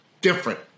different